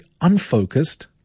unfocused